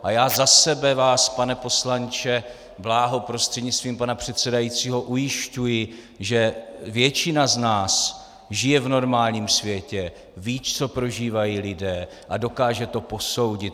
A já za sebe vás, pane poslanče Bláho, prostřednictvím pana předsedajícího ujišťuji, že většina z nás žije v normálním světě, ví, co prožívají lidé, a dokáže to posoudit.